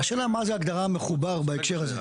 השאלה מה זה הגדרה מחובר בהקשר הזה.